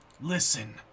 Listen